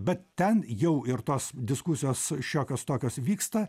bet ten jau ir tos diskusijos šiokios tokios vyksta